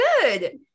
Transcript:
good